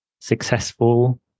successful